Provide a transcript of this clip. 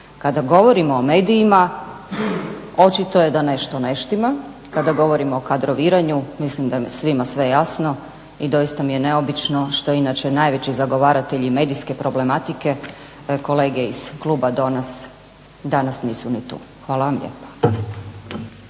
Kada govorimo o medijima, očito je da nešto ne štima, kada govorimo o kadroviranju mislim da je svima sve jasno i doista mi je neobično što inače najveći zagovaratelji medijske problematike, kolege iz kluba do nas, danas nisu ni tu. Hvala vam lijepa.